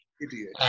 Idiot